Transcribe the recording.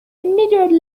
meteorite